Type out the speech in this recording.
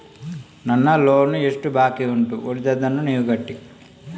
ನನ್ನ ಲೋನ್ ಎಷ್ಟು ಬಾಕಿ ಉಂಟು?